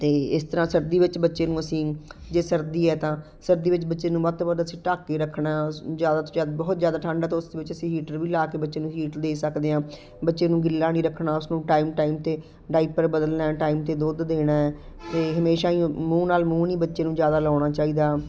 ਅਤੇ ਇਸ ਤਰ੍ਹਾਂ ਸਰਦੀ ਵਿੱਚ ਬੱਚੇ ਨੂੰ ਅਸੀਂ ਜੇ ਸਰਦੀ ਹੈ ਤਾਂ ਸਰਦੀ ਵਿੱਚ ਬੱਚੇ ਨੂੰ ਵੱਧ ਤੋਂ ਵੱਧ ਅਸੀਂ ਢੱਕ ਕੇ ਰੱਖਣਾ ਸਾਨੂੰ ਜ਼ਿਆਦਾ ਤੋਂ ਜ਼ਿਆਦਾ ਬਹੁਤ ਜ਼ਿਆਦਾ ਠੰਡ ਹੈ ਤਾਂ ਉਸ ਵਿੱਚ ਹੀਟਰ ਵੀ ਲਾ ਕੇ ਬੱਚੇ ਨੂੰ ਹੀਟ ਦੇ ਸਕਦੇ ਹਾਂ ਬੱਚੇ ਨੂੰ ਗਿੱਲਾ ਨਹੀਂ ਰੱਖਣਾ ਉਸਨੂੰ ਟਾਈਮ ਟਾਈਮ 'ਤੇ ਡਾਈਪਰ ਬਦਲਣਾ ਟਾਈਮ 'ਤੇ ਦੁੱਧ ਦੇਣਾ ਅਤੇ ਹਮੇਸ਼ਾ ਹੀ ਮੂੰਹ ਨਾਲ ਮੂੰਹ ਨਹੀਂ ਬੱਚੇ ਨੂੰ ਜ਼ਿਆਦਾ ਲਾਉਣਾ ਚਾਹੀਦਾ